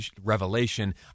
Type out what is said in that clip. revelation